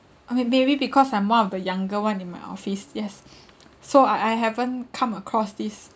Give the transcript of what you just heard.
okay maybe because I'm one of the younger one in my office yes so I I haven't come across this